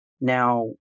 Now